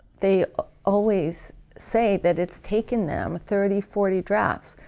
they always say that it's taken them thirty, forty drafts.